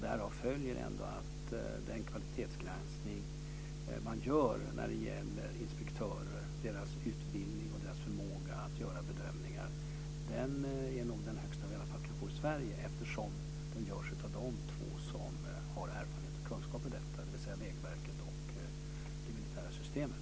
Därav följer att kvalitetsgranskningen av inspektörer, deras utbildning och deras förmåga att göra bedömningar, nog är den bästa vi kan få i Sverige eftersom den görs av de två som har erfarenhet av och kunskap om detta, dvs. Vägverket och det militära systemet.